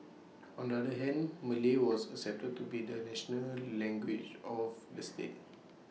on the other hand Malay was accepted to be the national language of the state